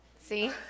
See